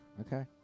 Okay